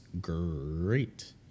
great